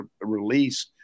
release